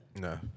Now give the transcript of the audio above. No